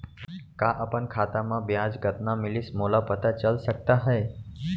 का अपन खाता म ब्याज कतना मिलिस मोला पता चल सकता है?